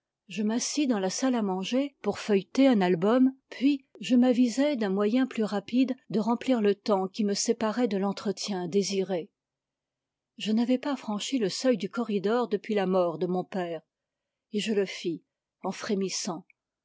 je m'assis dans la salle à manger pour feuilleter un album puis je m'avisai d'un moyen plus rapide de remplir le temps qui me séparait de l'entretien désiré je n'avais pas franchi le seuil du corridor depuis la mort de mon père et je le fis en frémissant